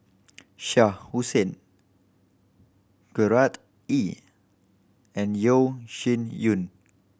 Shah Hussain Gerard Ee and Yeo Shih Yun